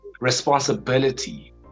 responsibility